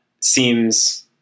seems